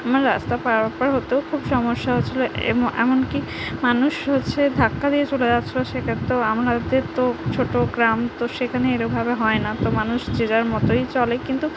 আমার রাস্তা পারাপার হতেও খুব সমস্যা হচ্ছিল এমনকি মানুষ হচ্ছে ধাক্কা দিয়ে চলে যাচ্ছিলো সেক্ষেত্রেও আমাদের তো ছোট গ্রাম তো সেখানে এরমভাবে হয় না তো মানুষ যে যার মতই চলে কিন্তু